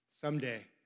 someday